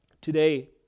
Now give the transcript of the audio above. Today